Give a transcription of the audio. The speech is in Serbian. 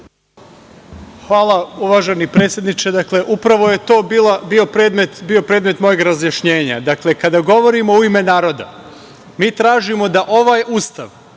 Hvala, uvaženi predsedniče. Dakle, upravo je to bio predmet mojeg razjašnjenja. Dakle, kada govorimo u ime naroda, mi tražimo da ovaj Ustav,